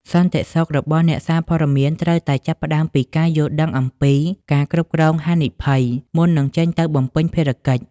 សន្តិសុខរបស់អ្នកសារព័ត៌មានត្រូវតែចាប់ផ្តើមពីការយល់ដឹងអំពី "ការគ្រប់គ្រងហានិភ័យ" មុននឹងចេញទៅបំពេញភារកិច្ច។